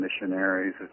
missionaries